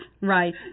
right